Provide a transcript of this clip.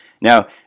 Now